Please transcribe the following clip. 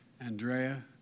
Andrea